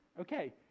okay